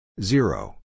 Zero